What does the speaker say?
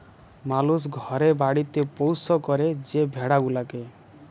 মালুস ঘরে বাড়িতে পৌষ্য ক্যরে যে ভেড়া গুলাকে